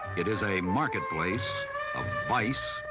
it is a marketplace of vice,